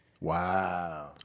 Wow